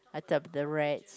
attap the rats